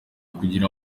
kugira